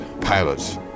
pilots